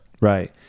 right